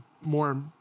more